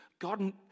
God